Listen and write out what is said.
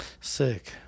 sick